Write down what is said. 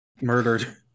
Murdered